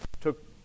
took